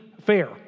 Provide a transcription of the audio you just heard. fair